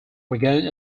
regained